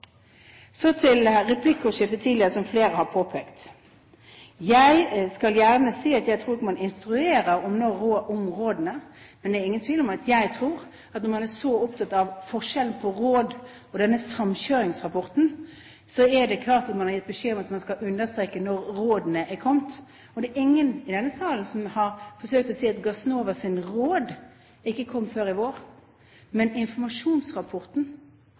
Så til replikkordskiftet tidligere og det som flere har påpekt: Jeg skal gjerne si at jeg tror ikke man instruerer om rådene, men det er ingen tvil om at jeg tror når man er så opptatt av forskjellen på rådene og denne samkjøringsrapporten, at det er klart at man har gitt beskjed om at man skal understreke når rådene har kommet. Og det er ingen i denne salen som har forsøkt å si at Gassnovas råd ikke kom før i vår, men informasjonsrapporten